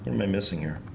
missing here